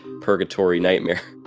purgatory nightmare